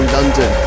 London